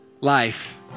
life